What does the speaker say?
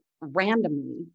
randomly